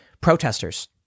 protesters